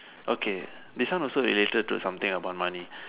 okay this one also related to something about money